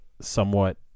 somewhat